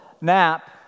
nap